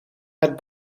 het